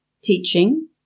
teaching